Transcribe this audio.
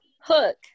hook